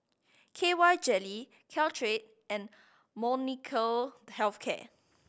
K Y Jelly Caltrate and Molnylcke Health Care